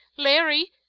larry!